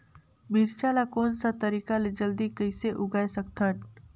मिरचा ला कोन सा तरीका ले जल्दी कइसे उगाय सकथन?